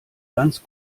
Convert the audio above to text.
ganz